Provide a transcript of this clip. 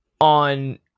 on